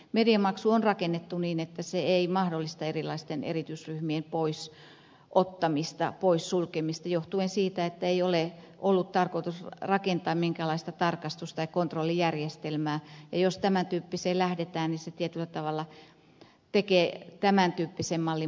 mediamaksu on rakennettu niin että se ei mahdollista erilaisten erityisryhmien poisottamista poissulkemista johtuen siitä että ei ole ollut tarkoitus rakentaa minkäänlaista tarkastus tai kontrollijärjestelmää ja jos tämän tyyppiseen lähdetään se tekee tietyllä tavalla tämän tyyppisen mallin mahdottomaksi